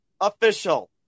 Official